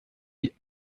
die